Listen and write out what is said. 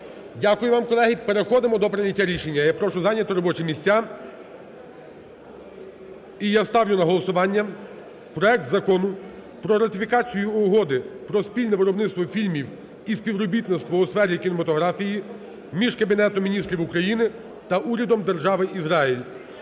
Дякую вам, колеги. Переходимо до прийняття рішення. Я прошу зайняти робочі місця. І я ставлю на голосування проект Закону про ратифікацію Угоди про спільне виробництво фільмів і співробітництво у сфері кінематографії між Кабінетом Міністрів України та Урядом Держави Ізраїль